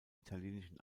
italienischen